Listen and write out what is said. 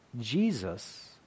Jesus